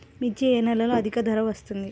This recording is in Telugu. మిర్చి ఏ నెలలో అధిక ధర వస్తుంది?